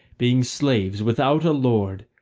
being slaves without a lord,